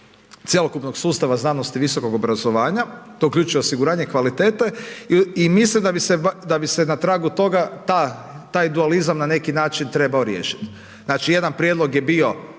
cjelokupnog sustava znanosti i visokog obrazovanja, to uključuje osiguranje kvalitete i mislim da bi se na tragu toga taj dualizam na neki način trebao riješiti. Znači jedan prijedlog je bio